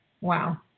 wow